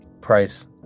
Price